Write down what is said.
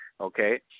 Okay